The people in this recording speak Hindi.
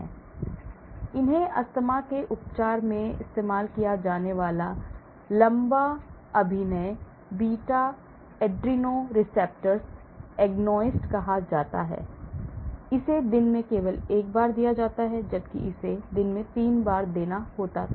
इसलिए इन्हें अस्थमा के उपचार में इस्तेमाल किया जाने वाला लंबा अभिनय beta adrenoceptor agonist कहा जाता है इसे दिन में केवल एक बार दिया जाता है जबकि इसे दिन में 3 बार देना होता है